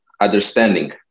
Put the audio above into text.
understanding